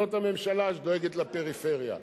זאת הממשלה שדואגת לפריפריה.